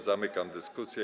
Zamykam dyskusję.